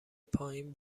پایین